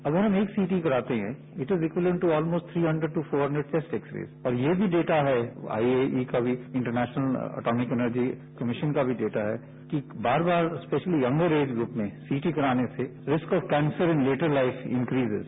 अगर हम एक सीटी कराते हैं तो it is equivalent to almost three hundred to four hundred x-rays और यह भी डेटा है आई ए ई का भी इंटरनेशनल एटोमिक एनर्जी कमीशन का भी डेटा है कि बार बार स्पेशली यंगर एज ग्रुप में सीटी कराने से risk of cancer in later life increases